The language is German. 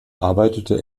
arbeitete